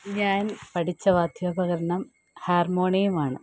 ഞാൻ പഠിച്ച വാദ്ധ്യോപകരണം ഹാർമോണിയമാണ്